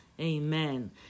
Amen